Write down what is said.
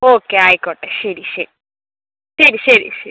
okay ആയിക്കോട്ടെ ശരി ശരി ശരി ശരി ശരി